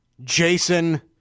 Jason